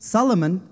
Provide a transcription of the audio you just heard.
Solomon